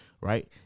Right